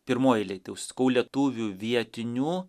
pirmoj eilėj tai jau sakau lietuvių vietinių